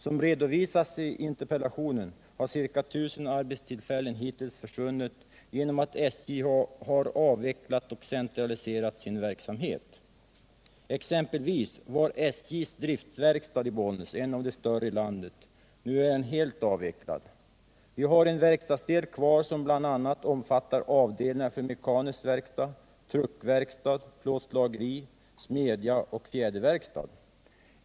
Som redovisats i interpellationen har ca 1 000 arbetstillfällen hitintills försvunnit genom att SJ har avvecklat och centraliserat sin verksamhet. Exempelvis var SJ:s driftverkstad i Bollnäs en av de större i landet. Nu är den helt avvecklad. Vi har en verkstadsdel kvar, som bl.a. innefattar avdelningar för mekanisk verkstad, truckverkstad, plåtslageri, smedja och fjäderverkstad.